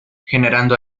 generando